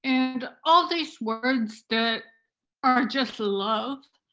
and all these words that are just love,